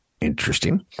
Interesting